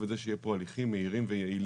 את זה שיהיה פה הליכים מהירים ויעילים.